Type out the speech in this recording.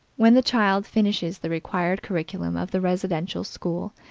when the child finishes the required curriculum of the residential school,